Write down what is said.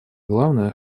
главное